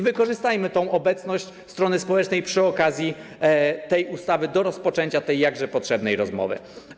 Wykorzystajmy obecność strony społecznej przy okazji tej ustawy do rozpoczęcia tej jakże potrzebnej rozmowy.